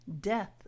death